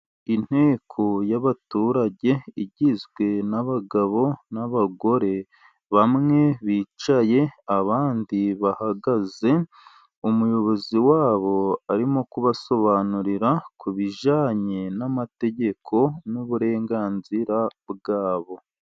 Inteko yabaturage, igizwe n abagabo, n'abagore, bamwe bicaye abandi bahagaze, umuyobozi wabo arimo kubasobanurira ku bijyanye namategeko n'uburenganzira bwabo.